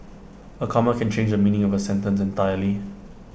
A comma can change the meaning of A sentence entirely